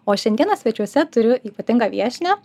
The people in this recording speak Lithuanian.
o šiandieną svečiuose turiu ypatingą viešnią